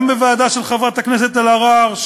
גם בוועדה של חברת הכנסת אלהרר,